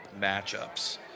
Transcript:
matchups